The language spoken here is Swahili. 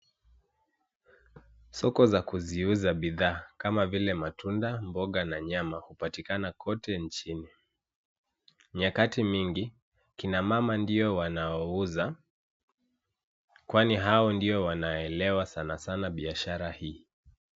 Soko za kuziuza bidhaa kama vile matunda, mboga na nyama upatikana kote nchini. Nyakati mingi kina mama ndio wanaouza kwani hao ndio wanaelewa sana sana biashara hii.